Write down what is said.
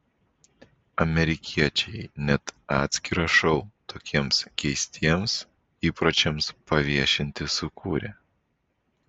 amerikiečiai net atskirą šou tokiems keistiems įpročiams paviešinti sukūrė